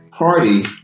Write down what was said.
party